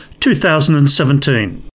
2017